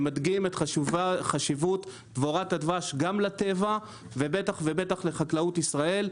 שמדגים את חשיבות דבורת הדבש גם לטבע ובטח ובטח לחקלאות ישראל.